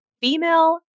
Female